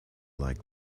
like